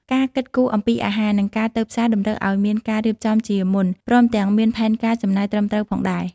ការគិតគូរអំពីអាហារ និងការទៅផ្សារតម្រូវឱ្យមានការរៀបចំជាមុន ព្រមទាំងមានផែនការចំណាយត្រឹមត្រូវផងដែរ។